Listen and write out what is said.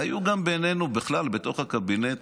היו גם בינינו, בכלל בתוך הקבינט,